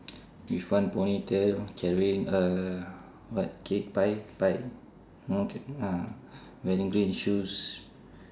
with one ponytail carrying uh what cake pie pie okay ah wearing green shoes